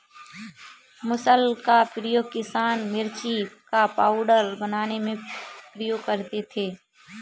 मुसल का उपयोग किसान मिर्ची का पाउडर बनाने में उपयोग करते थे